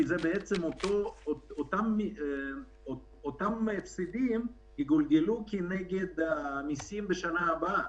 כי אותם הפסדים יגולגלו כנגד המיסים בשנה הבאה.